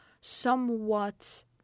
somewhat